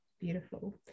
Beautiful